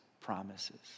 promises